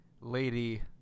Lady